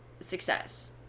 success